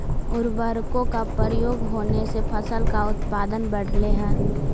उर्वरकों का प्रयोग होने से फसल का उत्पादन बढ़लई हे